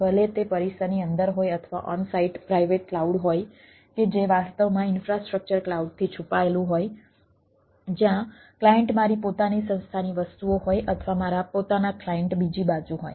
ભલે તે પરિસરની અંદર હોય અથવા ઓન સાઇટ પ્રાઇવેટ ક્લાઉડ હોય કે જે વાસ્તવમાં ઈન્ફ્રાસ્ટ્રક્ચર ક્લાઉડથી છુપાયેલું હોય જ્યાં ક્લાયન્ટ મારી પોતાની સંસ્થાની વસ્તુઓ હોય અથવા મારા પોતાના ક્લાયન્ટ બીજી બાજુ હોય